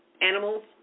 animals